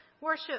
worship